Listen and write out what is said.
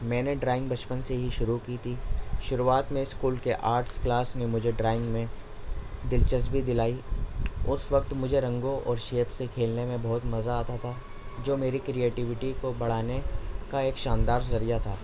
میں نے ڈرائنگ بچپن سے ہی شروع کی تھی شروعات میں اسکول کے آرٹس کلاس میں مجھے ڈرائنگ میں دلچسپی دلائی اس وقت مجھے رنگوں اور شیپ سے کھیلنے میں بہت مزہ آتا تھا جو میری کریٹیوٹی کو بڑھانے کا ایک شاندار ذریعہ تھا